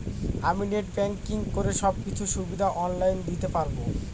আমি net banking করে সব কিছু সুবিধা অন লাইন দিতে পারবো?